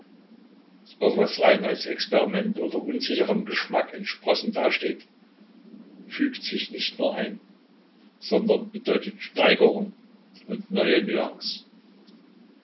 auch was rein als experiment oder unsicherem geschmack entsprossen dasteht fügt sich nicht nur ein sondern bedeutet steigerung und neue nuance